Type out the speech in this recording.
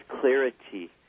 clarity